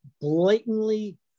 blatantly